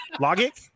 Logic